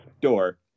door